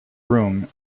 room